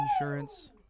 insurance